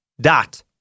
dot